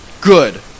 good